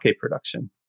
production